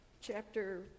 chapter